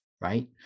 right